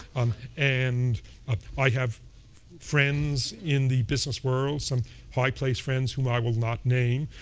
um and ah i have friends in the business world, some high-placed friends whom i will not name,